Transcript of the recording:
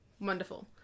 Wonderful